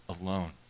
alone